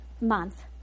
month